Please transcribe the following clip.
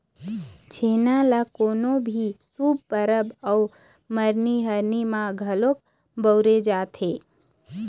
छेना ल कोनो भी शुभ परब अउ मरनी हरनी म घलोक बउरे जाथे